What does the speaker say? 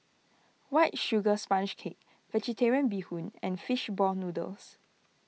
White Sugar Sponge Cake Vegetarian Bee Hoon and Fish Ball Noodles